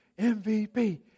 MVP